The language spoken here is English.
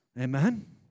Amen